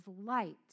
light